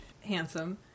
handsome